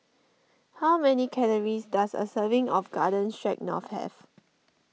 how many calories does a serving of Garden Stroganoff have